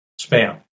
spam